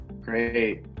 great